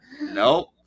Nope